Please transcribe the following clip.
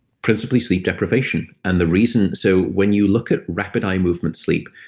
principally, sleep deprivation, and the reason. so when you look at rapid eye movement sleep,